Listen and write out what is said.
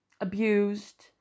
abused